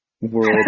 world